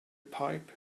pipe